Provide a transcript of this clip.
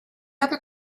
other